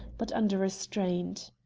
but under restraint.